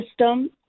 system